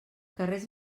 carrers